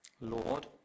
Lord